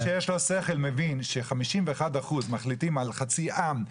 מי שיש לו שכל מבין שחמישים ואחד אחוז מחליטים על חצי עם,